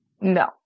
No